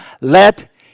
let